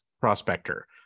prospector